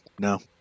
no